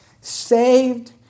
Saved